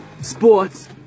Sports